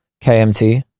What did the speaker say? KMT